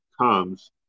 comes